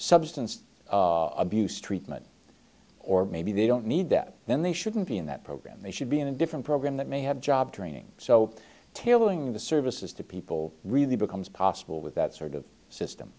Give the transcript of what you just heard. substance abuse treatment or maybe they don't need that then they shouldn't be in that program they should be in a different program that may have job training so tailing the services to people really becomes possible with that sort of system